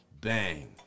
bang